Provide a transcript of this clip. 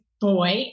boy